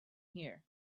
here